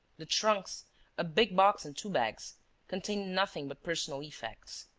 the trunks a big box and two bags contained nothing but personal effects.